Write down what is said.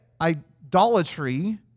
idolatry